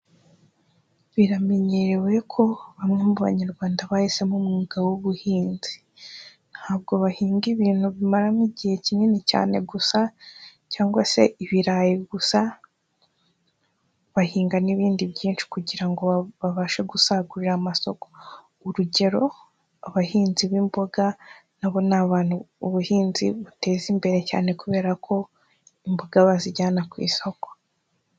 Biramenyerewe ko bamwe mu banyarwanda bahisemo umwuga w'ubuhinzi, ntabwo bahinga ibintu bimaramo igihe kinini cyane gusa cyangwa se ibirayi gusa bahinga n'ibindi byinshi kugira ngo babashe gusagurira amasoko, urugero abahinzi b'imboga nabo ni abantu ubuhinzi buteza imbere cyane kubera ko imboga bazijyana ku isoko.